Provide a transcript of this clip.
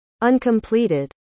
Uncompleted